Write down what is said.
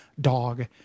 dog